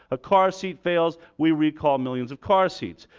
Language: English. a car seat fails we recall millions of car seats.